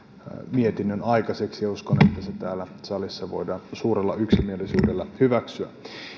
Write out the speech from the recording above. mietinnön aikaiseksi ja uskon että se täällä salissa voidaan suurella yksimielisyydellä hyväksyä